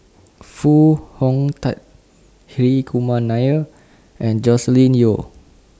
Foo Hong Tatt Hri Kumar Nair and Joscelin Yeo